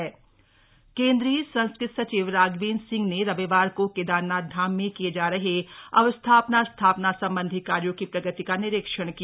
केदारनाथ निरीक्षण केंद्रीय संस्कृति सचिव राघवेंद्र सिंह ने रविवार को केदारनाथ धाम में किए जा रहे अवस्थापना स्थापना संबंधी कार्यों की प्रगति का निरीक्षण किया